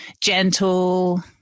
gentle